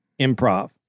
improv